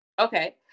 Okay